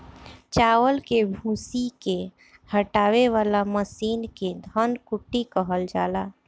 चावल के भूसी के हटावे वाला मशीन के धन कुटी कहल जाला